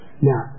Now